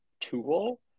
tool